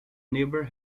never